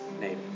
name